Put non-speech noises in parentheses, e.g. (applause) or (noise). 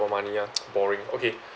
about money ya (noise) boring okay